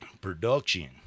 production